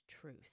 truth